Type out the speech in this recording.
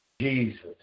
Jesus